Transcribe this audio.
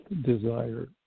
desire